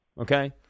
Okay